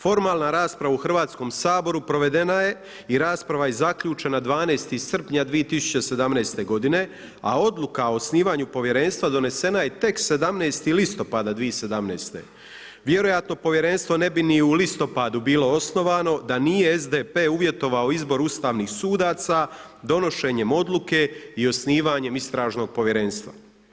Formalna rasprava u Hrvatskom saboru provedena je i rasprave je i zaključena 12. srpnja 2017. godine, a odluka o osnivanju povjerenstva donesena je tek 17. listopada 2017. vjerojatno povjerenstvo ne bi ni u listopadu bilo osnovano da nije SDP uvjetovao izbor Ustavnih sudaca, donošenjem odluke i osnivanjem istražnog povjerenstva.